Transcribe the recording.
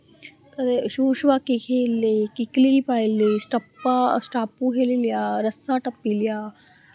कदें शू शोआकी खेली लेई कीकली पाई लेई स्टप्पा स्टापू खेली लेआ रस्सा टप्पी लेआ